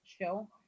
show